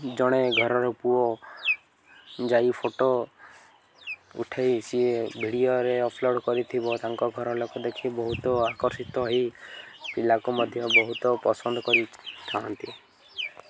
ଜଣେ ଘରର ପୁଅ ଯାଇ ଫଟୋ ଉଠେଇ ସିଏ ଭିଡ଼ିଓରେ ଅପଲୋଡ଼୍ କରିଥିବ ତାଙ୍କ ଘର ଲୋକ ଦେଖି ବହୁତ ଆକର୍ଷିତ ହୋଇ ପିଲାକୁ ମଧ୍ୟ ବହୁତ ପସନ୍ଦ କରିଥାନ୍ତି